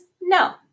No